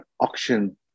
auction